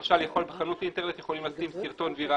למשל, חנות אינטרנט יכולים לשים סרטון ויראלי,